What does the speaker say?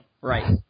Right